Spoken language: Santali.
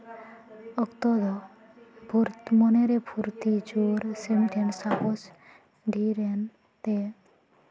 ᱚᱠᱛᱚ ᱫᱚ ᱢᱚᱱᱮ ᱨᱮ ᱯᱷᱩᱨᱛᱤ ᱡᱨ ᱥᱮ ᱥᱟᱦᱚᱥ ᱰᱷᱤᱨᱮᱱ ᱛᱮ